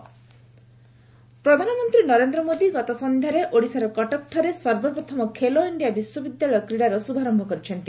PM Khelo India ପ୍ରଧାନମନ୍ତ୍ରୀ ନରେନ୍ଦ୍ର ମୋଦି ଗତସନ୍ଧ୍ୟାରେ ଓଡ଼ିଶାର କଟକଠାରେ ସର୍ବପ୍ରଥମ ଖେଲୋ ଇଣ୍ଡିଆ ବିଶ୍ୱବିଦ୍ୟାଳୟ କ୍ରୀଡ଼ାର ଶୁଭାରମ୍ଭ କରିଛନ୍ତି